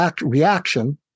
reaction